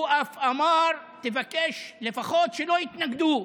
הוא אף אמר: תבקש לפחות שלא יתנגדו,